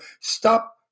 stop